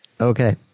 Okay